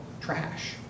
trash